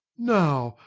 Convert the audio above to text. now,